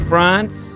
France